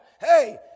Hey